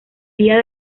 tía